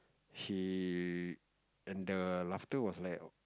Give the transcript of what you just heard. she and the laughter was like